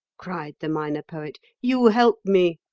cried the minor poet, you help me!